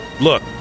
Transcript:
Look